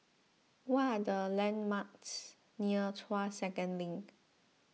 what are the landmarks near Tuas Second Link